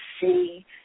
see